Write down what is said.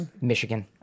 Michigan